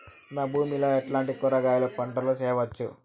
నా భూమి లో ఎట్లాంటి కూరగాయల పంటలు వేయవచ్చు?